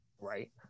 Right